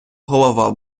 голова